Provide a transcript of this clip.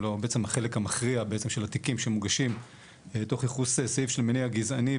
בעצם החלק המכריע של התיקים שמוגשים תוך ייחוס סעיף של מניע גזעני,